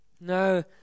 No